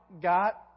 got